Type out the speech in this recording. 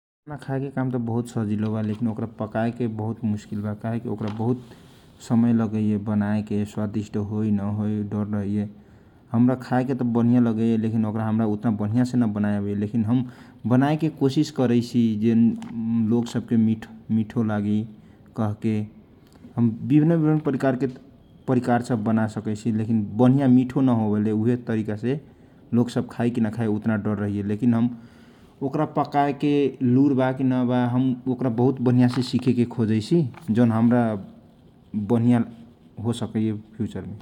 खाना खाए काम त बहुत सजिलो बा लेखिन ओकरा पकाए के बहुत मुस्किल बा काहे की ओकरा बहुत समय लागेला बनाए के स्वदिष्ट होई नहोई डर रहइए हमरा खाए त बनिया लगाईए लेखिन हमरा ओकारा बनिया बनाए नअबइए हम ओकारा बनाए के कोसिस करईसी जे लोग सबके मिठो लागी कहके हम विभिन विभिन प्रकार सब बना सकाइछी लेखिन बनिया मिठो नहोबले उहे तरिका से लोग सब खाई कि नखाई उतना डर रहईए लेखिन ओकरा पकाएके लुर बा की न बा ओकरा बहुत बनिया से सिखे के खोजाइ सी जौन हमर फयूचर बनिया हो सकईए ।